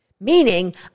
Meaning